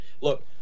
look